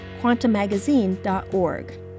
quantummagazine.org